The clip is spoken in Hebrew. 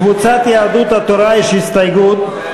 לקבוצת יהדות התורה יש הסתייגות,